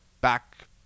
back